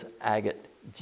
agate